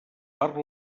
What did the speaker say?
per